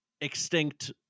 extinct